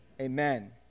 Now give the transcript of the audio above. Amen